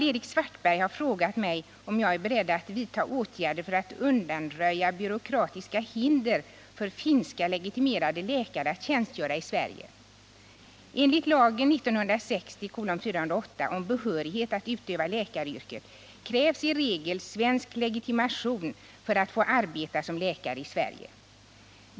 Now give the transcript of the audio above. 123, och anförde: Herr talman! Karl-Erik Svartberg har frågat mig om jag är beredd att vidta Enligt lagen om behörighet att utöva läkaryrket krävs i regel rige svensk legitimation för att få arbeta som läkare i Sverige.